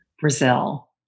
Brazil